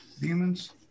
demons